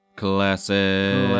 classic